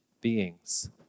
beings